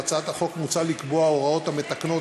בהצעת החוק מוצע לקבוע הוראות המתקנות